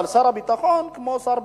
ושר הביטחון כמו שר הביטחון,